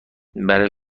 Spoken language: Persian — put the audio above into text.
برای